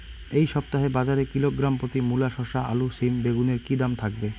এই সপ্তাহে বাজারে কিলোগ্রাম প্রতি মূলা শসা আলু সিম বেগুনের কী দাম থাকবে?